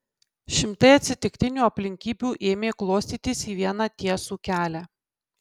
šimtai atsitiktinių aplinkybių ėmė klostytis į vieną tiesų kelią